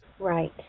Right